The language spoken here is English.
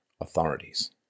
authorities